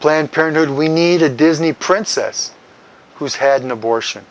planned parenthood we need a disney princess who's had an abortion